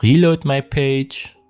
reload my page,